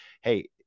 hey